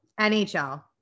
NHL